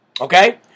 Okay